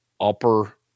upper